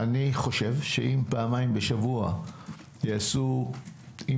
אני חושב שאם פעמיים בשבוע יעשו עם